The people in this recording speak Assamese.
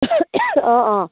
অঁ অঁ